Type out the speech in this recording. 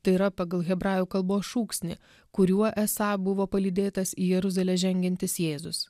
tai yra pagal hebrajų kalbos šūksnį kuriuo esą buvo palydėtas į jeruzalę žengiantis jėzus